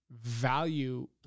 value